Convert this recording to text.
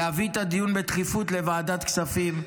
להביא את הדיון בדחיפות לוועדת כספים.